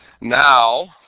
Now